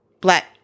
Black